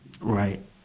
Right